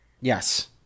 yes